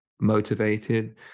motivated